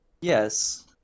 Yes